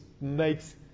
makes